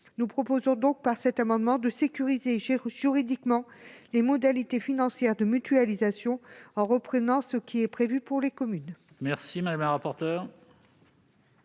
Nous proposons donc, par cet amendement, de sécuriser juridiquement les modalités financières de mutualisation, en reprenant les règles prévues pour les communes.